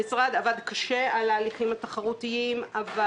המשרד עבד קשה על ההליכים התחרותיים אבל